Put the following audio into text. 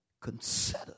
consider